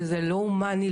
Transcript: וזה לא הומאני,